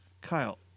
Kyle